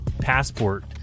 passport